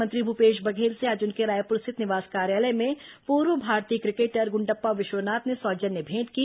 मुख्यमंत्री भूपेश बघेल से आज उनके रायपुर स्थित निवास कार्यालय में पूर्व भारतीय क्रिकेटर गुंडप्पा विश्वनाथ ने सौजन्य भेंट की